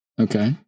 Okay